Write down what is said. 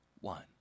one